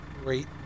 great